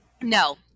No